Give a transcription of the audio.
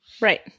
Right